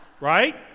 Right